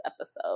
episode